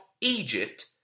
Egypt